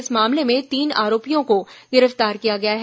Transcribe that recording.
इस मामले में तीन आरोपियों को गिरफ्तार किया गया है